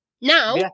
Now